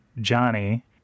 Johnny